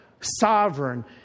sovereign